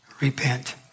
repent